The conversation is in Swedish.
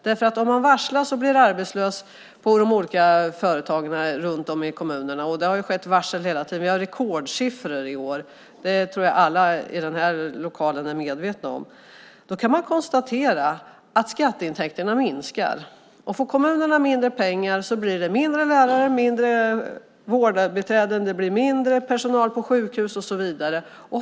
Varslas många och blir arbetslösa runt om i kommunerna - det har lagts rekordmånga varsel i år, vilket jag tror alla här är medvetna om - kan man konstatera att skatteintäkterna minskar. Får kommunerna mindre pengar blir det färre lärare, färre vårdbiträden, mindre personal på sjukhus och så vidare.